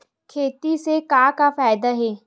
खेती से का का फ़ायदा हे?